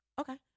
Okay